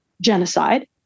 genocide